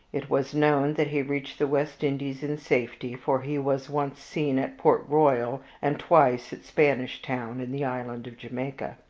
it was known that he reached the west indies in safety, for he was once seen at port royal and twice at spanish town, in the island of jamaica.